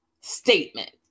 statement